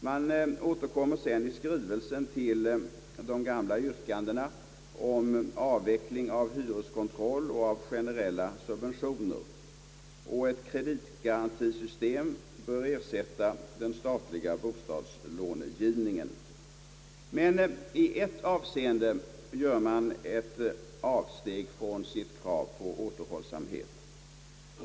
Man återkommer sedan i skrivelsen till de gamla yrkandena om avveckling av hyreskontroll och av generella subventioner och menar att ett kreditgarantisystem bör ersätta den statliga bostadslånegivningen. Men i ett avseende gör man avsteg från sitt krav på återhållsamhet.